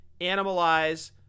animalize